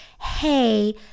hey